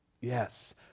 Yes